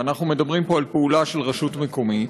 ואנחנו מדברים פה על פעולה של רשות מקומית,